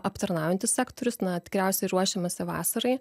aptarnaujantis sektorius na tikriausiai ruošiamasi vasarai